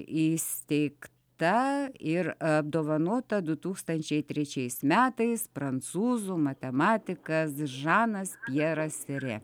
įsteigta ir apdovanota du tūkstančiai trečiais metais prancūzų matematikas žanas pjeras sėrė